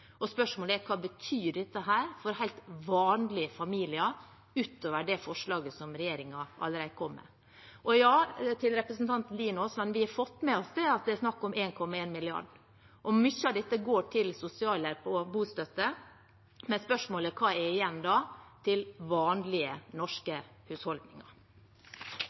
Spørsmålet er: Hva betyr dette for helt vanlige familier, utover det forslaget som regjeringen allerede har kommet med? Og til representanten Aasland: Ja, vi har fått med oss at det er snakk om 1,1 mrd. kr. Mye av dette går til sosialhjelp og bostøtte. Men spørsmålet er: Hva er igjen til vanlige norske husholdninger?